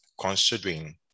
considering